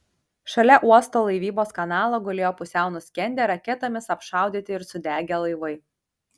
šalia uosto laivybos kanalo gulėjo pusiau nuskendę raketomis apšaudyti ir sudegę laivai